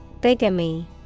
Bigamy